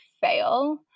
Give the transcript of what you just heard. fail